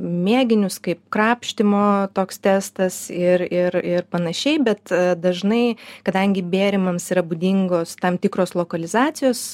mėginius kaip krapštymo toks testas ir ir ir panašiai bet dažnai kadangi bėrimams yra būdingos tam tikros lokalizacijos